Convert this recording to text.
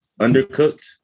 undercooked